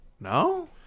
No